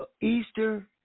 Easter